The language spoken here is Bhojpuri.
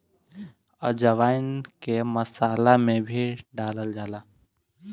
अजवाईन के मसाला में भी डालल जाला